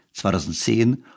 2010